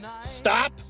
Stop